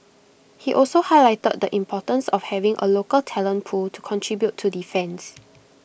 he also highlighted the importance of having A local talent pool to contribute to defence